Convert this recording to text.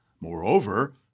Moreover